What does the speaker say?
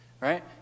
right